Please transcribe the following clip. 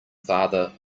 father